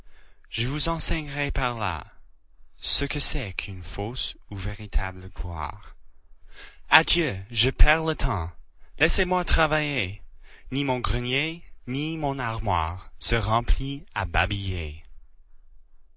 je vous enseignerai par là ce que c'est qu'une fausse ou véritable gloire adieu je perds le temps laissez-moi travailler ni mon grenier ni mon armoire ne se remplit à babiller